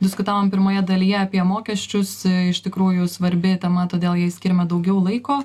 diskutavom pirmoje dalyje apie mokesčius iš tikrųjų svarbi tema todėl jai skiriame daugiau laiko